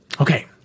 okay